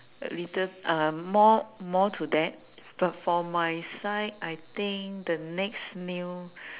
a little uh more more to that but for my side I think the next new